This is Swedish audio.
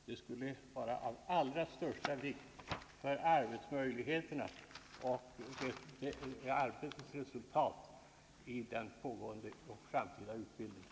Det skulle vara av allra största vikt för musikundervisningens bedrivande och för resultatet såväl av den nu pågående som av den framtida utbildningen.